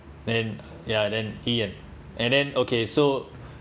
then ya then he and and then okay so